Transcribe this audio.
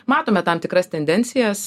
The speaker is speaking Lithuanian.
matome tam tikras tendencijas